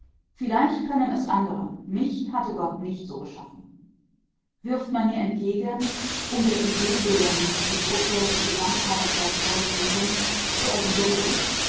vielleicht können es andere mich hatte gott nicht so geschaffen wirft man mir entgegen um der idee willen mußt du die gruppe die gesamtheit das volk lieben so erwidere ich